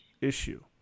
issue